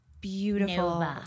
Beautiful